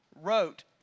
wrote